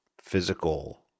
physical